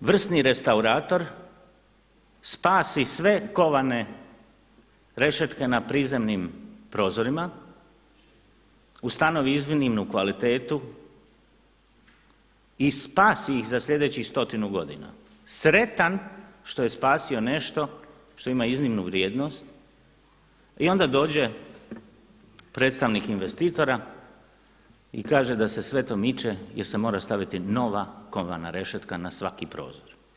vrsni restaurator spasi sve kovane rešetke na prizemnim prozorima, ustanovi iznimnu kvalitetu i spasi ih za sljedećih stotinu godina sretan što je spasio nešto što ima iznimnu vrijednost i onda dođe predstavnik investitora i kaže da se sve to miče jer se mora staviti nova kovana rešetka na svaki prozor.